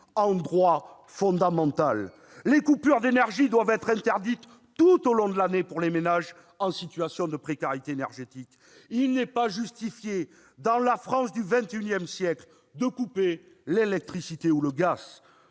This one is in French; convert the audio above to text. en droit fondamental. Les coupures d'énergie doivent être interdites tout au long de l'année pour les ménages en situation de précarité énergétique. Il n'est pas justifié, dans la France du XXI siècle, de couper l'électricité ou le gaz.